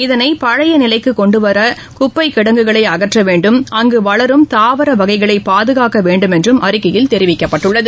இதனை பழைய நிலைக்கு கொண்டுவர குப்பை கிடங்குகளை அகற்ற வேண்டும் அங்கு வளரும் தாவர வகைகளை பாதுக்க வேண்டும் எனவும் அறிக்கையில் தெரிவிக்கப்பட்டுள்ளது